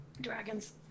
Dragons